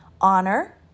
Honor